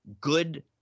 good